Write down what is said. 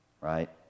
right